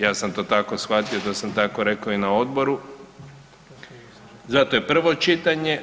Ja sam to tako shvatio, to sam tako rekao i na odboru, zato je prvo čitanje.